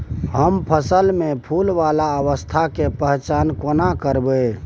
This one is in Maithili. हम फसल में फुल वाला अवस्था के पहचान केना करबै?